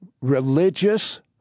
religious